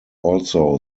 also